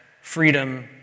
freedom